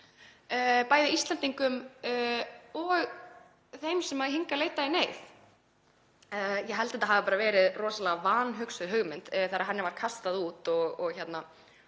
bæði Íslendingum og þeim sem hingað leita í neyð. Ég held að þetta hafi bara verið rosalega vanhugsuð hugmynd þegar henni var kastað fram. Talað